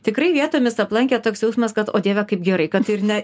tikrai vietomis aplankė toks jausmas kad o dieve kaip gerai kad ir ne